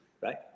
right